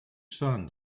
son